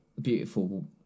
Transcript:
beautiful